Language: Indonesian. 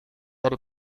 dari